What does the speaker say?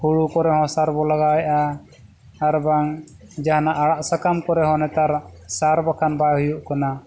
ᱦᱩᱲᱩ ᱠᱚᱨᱮ ᱦᱚᱸ ᱥᱟᱨ ᱵᱚᱱ ᱞᱟᱜᱟᱣᱮᱫᱼᱟ ᱟᱨ ᱵᱟᱝ ᱡᱟᱦᱟᱱᱟᱜ ᱟᱲᱟᱜ ᱥᱟᱠᱟᱢ ᱠᱚᱨᱮ ᱦᱚᱸ ᱱᱮᱛᱟᱨ ᱥᱟᱨ ᱵᱟᱠᱷᱟᱱ ᱵᱟᱭ ᱦᱩᱭᱩᱜ ᱠᱟᱱᱟ